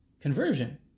conversion